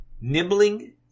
Nibbling